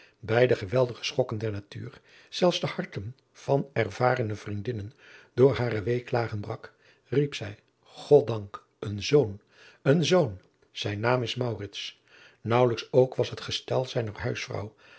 bij de geweldige schokken der natuur zelfs de harten van ervarene vriendinnen door hare weeklagten brak riep hij god dank een zoon een zoon zijn naam is maurits naauwelijks ook was het gestel zijner huisvrouw